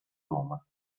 roma